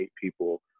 people